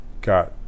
got